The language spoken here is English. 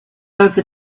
over